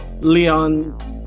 Leon